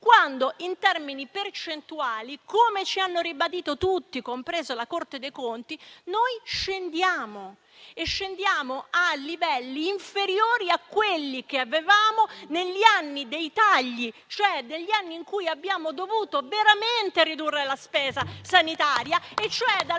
quando in termini percentuali, come ci hanno ribadito tutti (compresa la Corte dei conti), stiamo scendendo a livelli inferiori a quelli che avevamo negli anni dei tagli, quando cioè abbiamo dovuto veramente ridurre la spesa sanitaria (dal